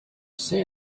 say